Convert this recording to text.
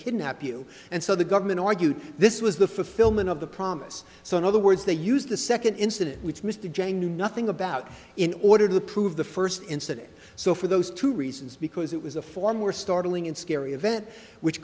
kidnap you and so the government argued this was the fulfillment of the promise so in other words they used the second incident which mr jang knew nothing about in order to prove the first incident so for those two reasons because it was a far more startling and scary